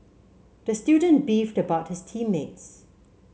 the student beefed about his team mates